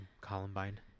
Columbine